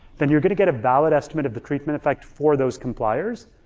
then you're gonna get a valid estimate of the treatment effect for those compliers,